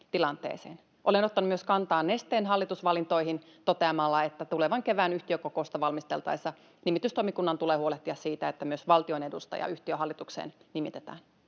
Olen ottanut myös kantaa Nesteen hallitusvalintoihin toteamalla, että tulevan kevään yhtiökokousta valmisteltaessa nimitystoimikunnan tulee huolehtia siitä, että myös valtion edustaja yhtiön hallitukseen nimitetään.